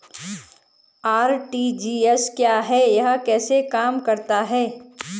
RTGS क्या है यह कैसे काम करता है?